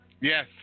Yes